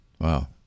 Wow